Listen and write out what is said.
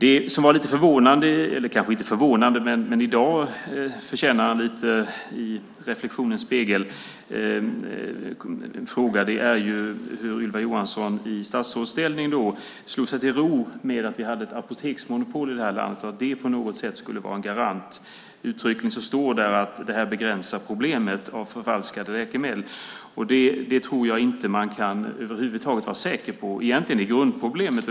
En fråga som i dag förtjänar att ses i reflexionens spegel är att Ylva Johansson i statsrådsställning då slog sig till ro med att vi hade ett apoteksmonopol i det här landet. Det skulle på något sätt vara en garant. Uttryckligen står det i protokollet att det begränsar problemet med förfalskade läkemedel. Jag tror inte att man kan vara säker på det över huvud taget. Egentligen är grundproblemet ett annat.